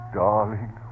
darling